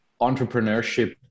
entrepreneurship